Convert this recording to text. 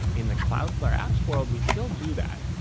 in the cloudflare apps world we still do that,